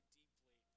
deeply